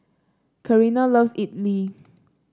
Carina loves idly